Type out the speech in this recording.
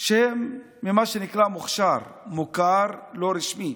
שהם מה שנקרא מוכש"ר, מוכר לא רשמי.